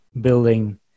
building